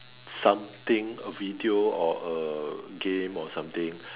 something a video or a game or something